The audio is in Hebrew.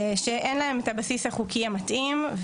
שאין להם את הבסיס החוקי המתאים,